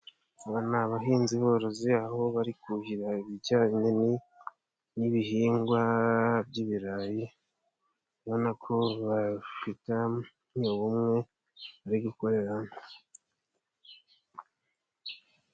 Abo ni abahinzi borozi aho bari kuhira ibijyanye n'ibihingwa by'ibirayi. Ubona ko bafitanye ubumwe bari gukorera hamwe.